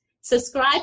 Subscribe